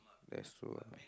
that's true